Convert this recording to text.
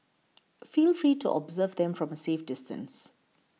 feel free to observe them from a safe distance